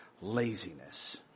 laziness